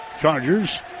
Chargers